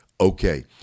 okay